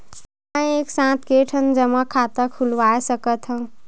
मैं एक साथ के ठन जमा खाता खुलवाय सकथव?